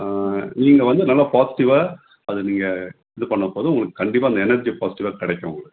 நீங்கள் வந்து நல்லா பாசிட்டிவாக அது நீங்கள் இது பண்ணும்போது உங்களுக்கு கண்டிப்பாக அந்த எனெர்ஜி பாசிட்டிவாக கிடைக்கும் உங்களுக்கு